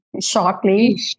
shortly